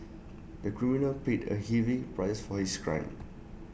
the criminal paid A heavy price for his crime